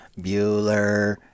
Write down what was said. Bueller